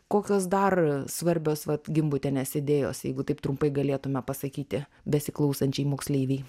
kokios dar svarbios vat gimbutienės idėjos jeigu taip trumpai galėtume pasakyti besiklausančiai moksleivei